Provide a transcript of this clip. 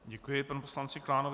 Děkuji panu poslanci Klánovi.